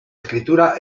escritura